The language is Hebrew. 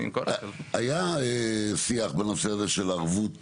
היה שיח בנושא הזה של ערבות